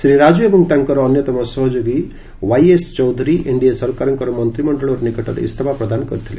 ଶ୍ରୀ ରାଜୁ ଏବଂ ତାଙ୍କର ଅନ୍ୟତମ ସହଯୋଗୀ ୱାଇଏସ୍ ଚୌଧୁରୀ ଏନ୍ଡିଏ ସରକାରଙ୍କର ମନ୍ତିମଶ୍ଚଳର୍ ନିକଟରେ ଇସ୍ତଫା ପ୍ରଦାନ କରିଥିଲେ